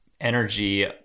energy